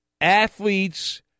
athletes